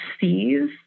sees